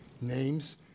names